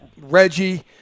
Reggie